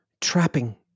trapping